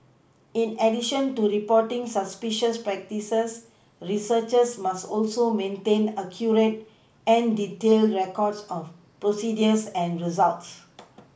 in addition to reporting suspicious practices researchers must also maintain accurate and detailed records of procedures and results